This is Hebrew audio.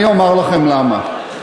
אני אומר לכם למה.